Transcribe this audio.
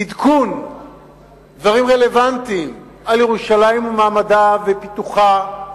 עדכון דברים רלוונטיים על ירושלים ומעמדה ופיתוחה,